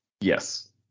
Yes